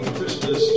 Christmas